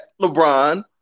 LeBron